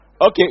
Okay